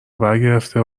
برگرفته